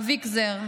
אביקזר,